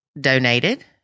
donated